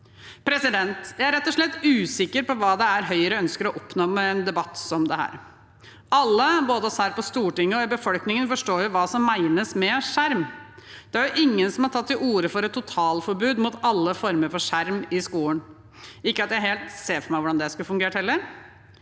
ned i en pc. Jeg er rett og slett usikker på hva det er Høyre ønsker å oppnå med en debatt som dette. Alle, både vi her på Stortinget og i befolkningen, forstår hva som menes med en skjerm. Det er ingen som har tatt til orde for et totalforbud mot alle former for skjerm i skolen – ikke at jeg helt ser for meg hvordan det skulle fungert heller.